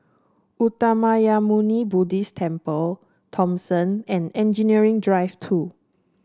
Uttamayanmuni Buddhist Temple Thomson and Engineering Drive Two